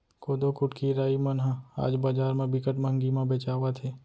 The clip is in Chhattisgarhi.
कोदो, कुटकी, राई मन ह आज बजार म बिकट महंगी म बेचावत हे